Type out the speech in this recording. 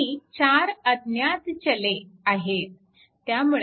आणि चार अज्ञात चले व्हेरिएबल variable आहेत